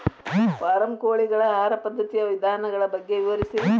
form ಕೋಳಿಗಳ ಆಹಾರ ಪದ್ಧತಿಯ ವಿಧಾನಗಳ ಬಗ್ಗೆ ವಿವರಿಸಿ